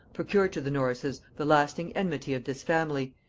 procured to the norrises the lasting enmity of this family,